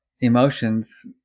emotions